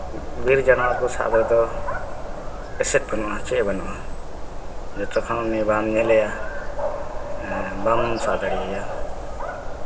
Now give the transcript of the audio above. ᱵᱤᱨ ᱡᱟᱱᱣᱟᱨ ᱠᱚ ᱥᱟᱵ ᱨᱮᱫᱚ ᱮᱥᱮᱫ ᱵᱟᱱᱩᱜᱼᱟ ᱪᱮᱫ ᱵᱟᱱᱩᱜᱟᱼᱟ ᱡᱚᱛᱚᱠᱷᱚᱱ ᱩᱱᱤ ᱵᱟᱢ ᱧᱮᱞᱮᱭᱟ ᱵᱟᱢ ᱥᱟᱵ ᱫᱟᱲᱮᱭᱟᱭᱟ